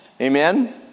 Amen